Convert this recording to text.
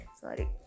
sorry